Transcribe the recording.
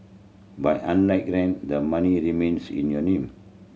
but unlike rent the money remains in your name